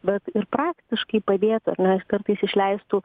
bet ir praktiškai padėt ar ne ir kartais išleistų